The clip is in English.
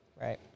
Right